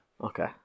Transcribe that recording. Okay